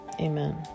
Amen